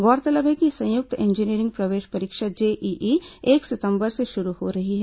गौरतलब है कि संयुक्त इंजीनियरिंग प्रवेश परीक्षा जेईई एक सितंबर से शुरू हो रही है